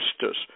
justice